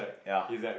ya